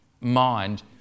mind